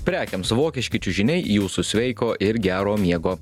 prekėms vokiški čiužiniai jūsų sveiko ir gero miego